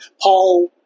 Paul